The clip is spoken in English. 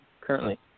currently